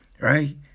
right